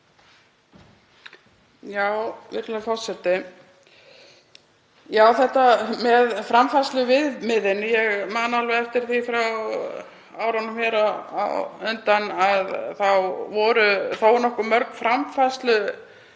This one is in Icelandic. Virðulegur forseti. Já, þetta með framfærsluviðmiðin. Ég man alveg eftir því frá árunum hér á undan að þá voru þó nokkuð mörg framfærsluviðmið